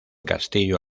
castillo